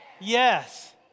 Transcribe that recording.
Yes